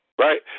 right